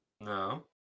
No